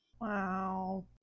Wow